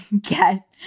get